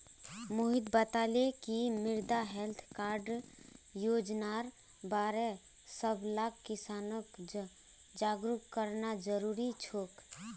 मोहित बताले कि मृदा हैल्थ कार्ड योजनार बार सबला किसानक जागरूक करना जरूरी छोक